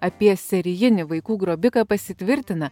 apie serijinį vaikų grobiką pasitvirtina